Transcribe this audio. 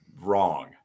wrong